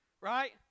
right